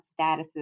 statuses